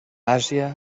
àsia